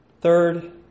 Third